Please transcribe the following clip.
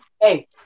hey